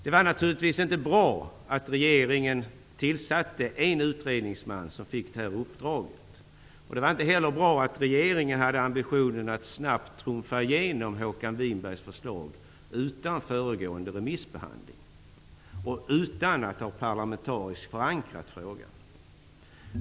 Det var naturligtvis inte bra att regeringen tillsatte en utredningsman som fick detta uppdrag. Det var inte heller bra att regeringen hade ambitionen att snabbt trumfa igenom Håkan Winbergs förslag utan föregående remissbehandling och utan att parlamentariskt förankra frågan.